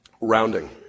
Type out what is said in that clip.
Rounding